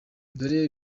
dore